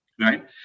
right